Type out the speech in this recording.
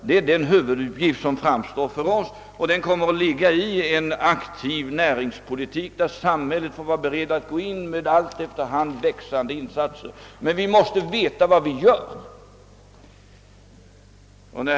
Det framstår för oss som en huvuduppgift, och den vill vi fullfölja genom en aktiv näringspolitik, i vilken samhället får vara be rett att gå in med efter hand växande insatser — men vi måste veta vad vi gör.